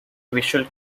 visual